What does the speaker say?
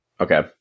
Okay